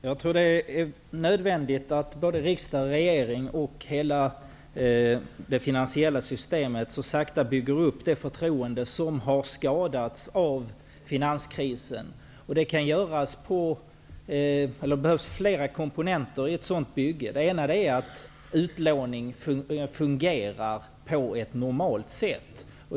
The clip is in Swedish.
Fru talman! Jag tror att det är nödvändigt att såväl riksdag och regering som det finansiella systemet så sakteliga bygger upp det förtroende som har skadats av finanskrisen. Det behövs flera komponenter i ett sådant bygge. En är att utlåning fungerar på ett normalt sätt.